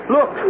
Look